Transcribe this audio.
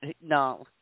No